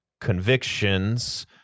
convictions